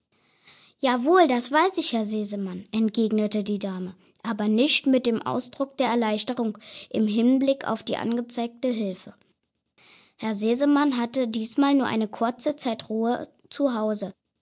jawohl das weiß ich herr sesemann entgegnete die dame aber nicht mit dem ausdruck der erleichterung im hinblick auf die angezeigte hilfe herr sesemann hatte diesmal nur eine kurze zeit ruhe